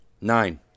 Nine